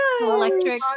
electric